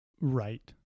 right